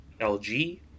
lg